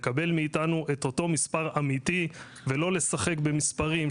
לקבל מאיתנו את אותו מספר אמיתי ולא לשחק במספרים,